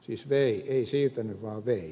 siis vei ei siirtänyt vaan vei